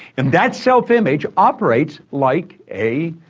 and that self image operates like a